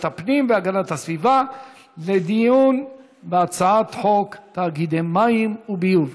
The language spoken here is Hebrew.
הפנים והגנת הסביבה לדיון בהצעת חוק תאגידי מים וביוב.